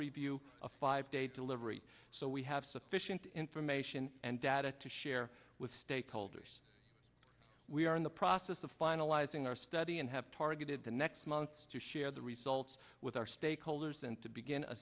review a five day delivery so we have sufficient information and data to share with stakeholders we are in the process of finalizing our study and have targeted the next months to share the results with our stakeholders and to begin a